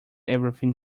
everything